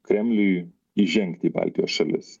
kremliui įžengti į baltijos šalis